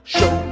Show